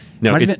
No